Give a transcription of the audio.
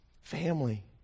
Family